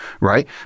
right